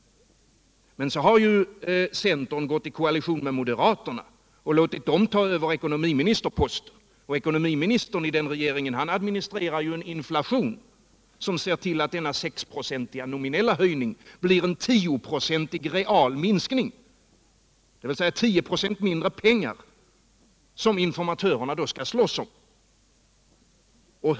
Men så har centern gått i koalition med moderaterna och låtit dem ta över ekonomiministerposten. Ekonomiministern i den regeringen administrerar en inflation som ser till att denna 6-procentiga nominella höjning blir en 10 procentig realminskning, dvs. 10 96 mindre pengar, som informatörerna då skall slåss om.